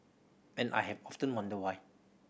and I have often wondered why